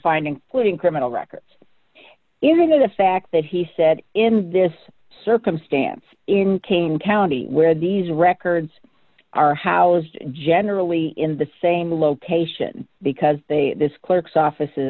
find including criminal records even though the fact that he said in this circumstance in kane county where these records are housed generally in the same location because they this clerk's office